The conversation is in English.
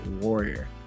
warrior